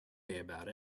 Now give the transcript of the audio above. about